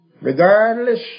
regardless